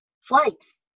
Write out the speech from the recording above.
Flights